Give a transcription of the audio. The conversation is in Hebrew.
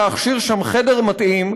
להכשיר שם חדר מתאים,